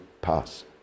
pass